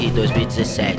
2017